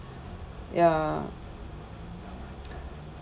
ya